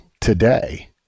today